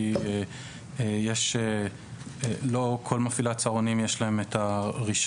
כי לא לכל מפעילי הצהרונים יש את הרישיון